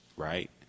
Right